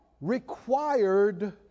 required